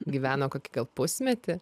gyveno kokį pusmetį